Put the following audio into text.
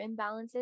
imbalances